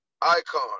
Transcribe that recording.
Icon